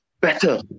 better